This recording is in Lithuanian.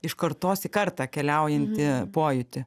iš kartos į kartą keliaujantį pojūtį